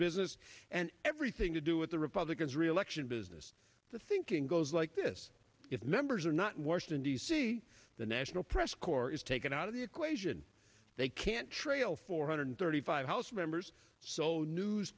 business and everything to do with the republicans re election business the thinking goes like this if members are not washington d c the national press corps is taken out of the equation they can't trail four hundred thirty five house members so news